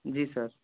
जी sir